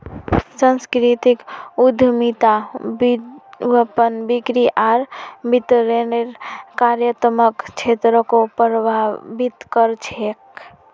सांस्कृतिक उद्यमिता विपणन, बिक्री आर वितरनेर कार्यात्मक क्षेत्रको प्रभावित कर छेक